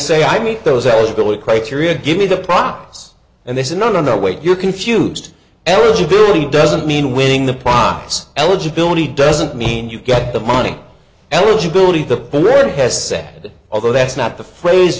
say i meet those elderly criteria give me the prox and they said no no no wait you're confused eligibility doesn't mean winning the prize eligibility doesn't mean you get the money eligibility the poor has said although that's not the phrase